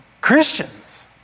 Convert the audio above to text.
Christians